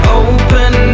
open